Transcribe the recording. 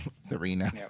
Serena